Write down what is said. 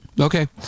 Okay